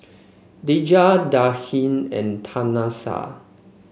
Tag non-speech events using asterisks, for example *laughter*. Dejah *unintelligible* and Tanesha